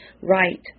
right